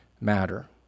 matter